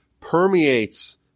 permeates